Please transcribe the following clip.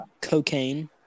cocaine